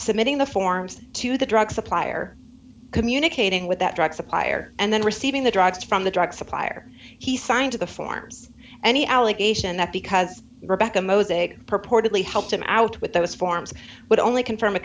submitting the forms to the drug supplier communicating with that drug supplier and then receiving the drugs from the drug supplier he signed to the forms any allegation that because rebecca mosaic purportedly helped him out with those forms would only co